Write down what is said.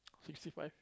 sixty five